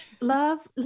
love